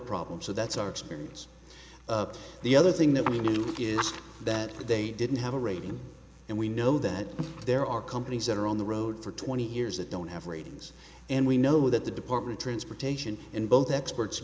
problem so that's our experience the other thing that we do is that they didn't have a rating and we know that there are companies that are on the road for twenty years that don't have ratings and we know that the department of transportation in both experts